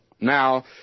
Now